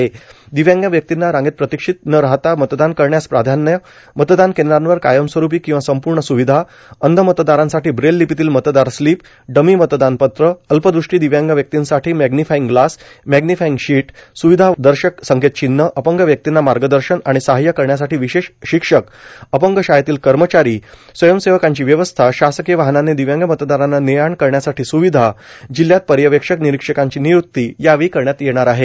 अपंग तसंच दिव्यांग व्यक्तींना रांगेत प्रतिक्षेत न राहता मतदान करण्यास प्राधान्य मतदान केंद्रावर कायमस्वरूपी किंवा संपूर्ण सुविधा अंध मतदारांसाठी ब्रेल लिपीतील मतदार स्लिप डमी मतदान पत्र अल्पदृष्टी दिव्यांग व्यक्तींसाठी मैग्नीफाइंग ग्लास मैग्नीफाइंग शिट सुविधा दर्शक संकेत चिव्ह अपंग व्यक्तींना मार्गदर्शन आणि साहाय्य करण्यासाठी विशेष शिक्षक अपंग शाळेतील कर्मचारी स्वयंसेवकांची व्यवस्था शासकीय वाहनाने दिव्यांग मतदारांना ने आण करण्यासाठी स्रुविधा जिल्ह्यात पर्यवेक्षक निरीक्षकाची निय्रक्ती करण्यात येणार आहे